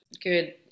good